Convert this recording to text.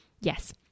yes